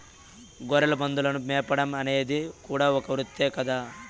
గొర్రెల మందలను మేపడం అనేది కూడా ఒక వృత్తే కదా